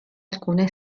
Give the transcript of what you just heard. alcune